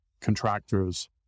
contractors